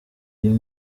uyu